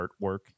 artwork